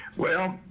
well,